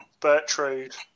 Bertrude